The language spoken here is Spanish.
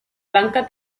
blanca